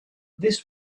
this